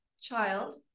child